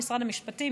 משרד המשפטים,